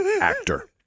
actor